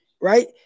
right